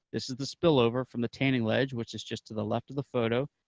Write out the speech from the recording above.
this is the spillover from the tanning ledge, which is just to the left of the photo,